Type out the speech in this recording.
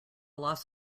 loss